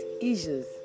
issues